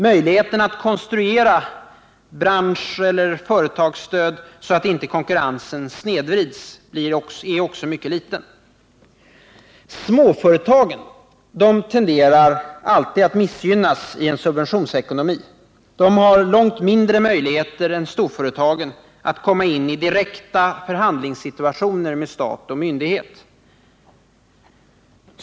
Möjligheterna att konstruera branscheller företagsstöd så att inte konkurrensen snedvrids är också mycket liten. Småföretagen tenderar alltid att missgynnas i en subventionsekonomi. De har långt mindre möjligheter än storföretagen att komma in i direkta förhandlingssituationer med stat och myndighet.